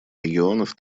регионов